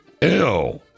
Ew